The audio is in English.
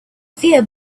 fear